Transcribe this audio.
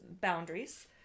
boundaries